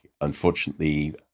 unfortunately